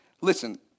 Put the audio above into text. Listen